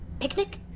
picnic